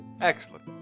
Excellent